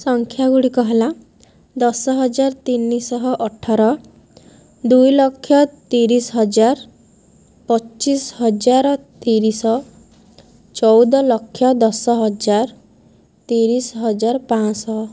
ସଂଖ୍ୟାଗୁଡ଼ିକ ହେଲା ଦଶ ହଜାର ତିନିଶହ ଅଠର ଦୁଇଲକ୍ଷ ତିରିଶ ହଜାର ପଚିଶ ହଜାର ତିରିଶ ଚଉଦ ଲକ୍ଷ ଦଶ ହଜାର ତିରିଶ ହଜାର ପାଞ୍ଚଶହ